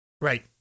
right